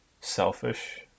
selfish